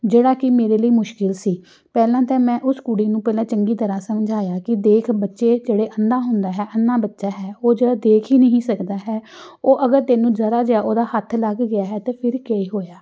ਜਿਹੜਾ ਕਿ ਮੇਰੇ ਲਈ ਮੁਸ਼ਕਿਲ ਸੀ ਪਹਿਲਾਂ ਤਾਂ ਮੈਂ ਉਸ ਕੁੜੀ ਨੂੰ ਪਹਿਲਾਂ ਚੰਗੀ ਤਰ੍ਹਾਂ ਸਮਝਾਇਆ ਕਿ ਦੇਖ ਬੱਚੇ ਜਿਹੜੇ ਅੰਨਾ ਹੁੰਦਾ ਹੈ ਅੰਨਾ ਬੱਚਾ ਹੈ ਉਹ ਜਿਹੜਾ ਦੇਖ ਹੀ ਨਹੀਂ ਸਕਦਾ ਹੈ ਉਹ ਅਗਰ ਤੈਨੂੰ ਜਰਾ ਜਿਹਾ ਉਹਦਾ ਹੱਥ ਲੱਗ ਗਿਆ ਹੈ ਅਤੇ ਫਿਰ ਕੀ ਹੋਇਆ